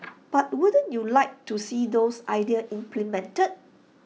but wouldn't you like to see those ideas implemented